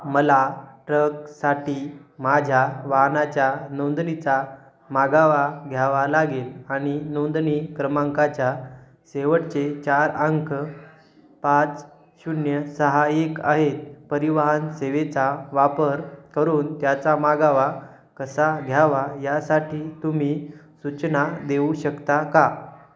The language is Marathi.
मला ट्रकसाठी माझ्या वाहनाच्या नोंदणीचा मागोवा घ्यावा लागेल आणि नोंदणी क्रमांकाच्या शेवटचे चार अंक पाच शून्य सहा एक आहेत परिवहन सेवेचा वापर करून त्याचा मागोवा कसा घ्यावा यासाठी तुम्ही सूचना देऊ शकता का